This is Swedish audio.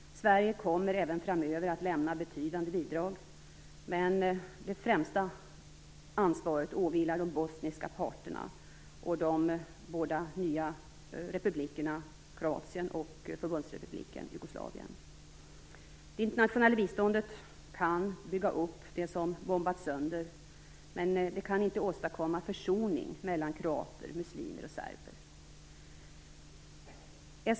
Sverige kommer även framöver att lämna betydande bidrag, men det främsta ansvaret åvilar de bosniska parterna och de båda nya republikerna Kroatien och Förbundsrepubliken Jugoslavien. Det internationella biståndet kan bygga upp det som bombats sönder, men det kan inte åstadkomma försoning mellan kroater, muslimer och serber.